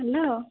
hello